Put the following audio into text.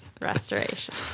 restoration